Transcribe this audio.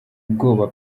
ubwoba